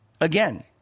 again